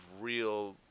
real